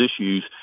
issues